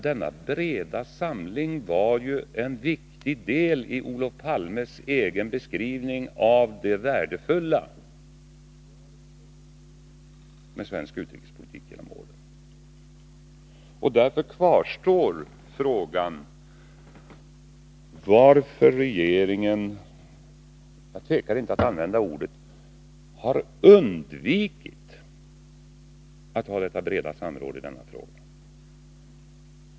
Denna breda samling var en viktig del i Olof Palmes egen beskrivning av det värdefulla i svensk utrikespolitik genom åren. Därför kvarstår frågan varför regeringen har — jag tvekar inte att använda ordet — undvikit att ha detta breda samråd i denna fråga.